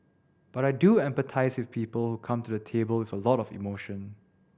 but I do empathise with people who come to the table with a lot of emotion